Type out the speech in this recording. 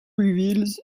reveals